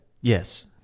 Yes